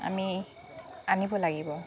আমি আনিব লাগিব